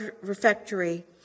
refectory